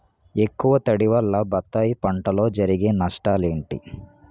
ఎక్కువ తడి వల్ల బత్తాయి పంటలో జరిగే నష్టాలేంటి?